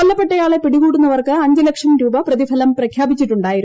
കൊല്ലപ്പെട്ടയാളെ പിടികൂടുന്നവർക്ക് അഞ്ച് ലക്ഷം രൂപ പ്രതിഫലം പ്രഖ്യാപിച്ചിട്ടുണ്ടായിരുന്നു